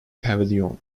pavilion